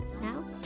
Now